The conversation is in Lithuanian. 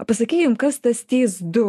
pasakykime kas tas tys du